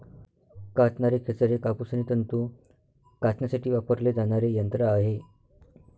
कातणारे खेचर हे कापूस आणि तंतू कातण्यासाठी वापरले जाणारे यंत्र आहे